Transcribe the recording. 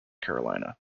carolina